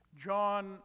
John